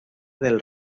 del